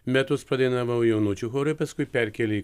metus padainavau jaunučių chore paskui perkėlė į